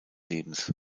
lebens